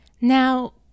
now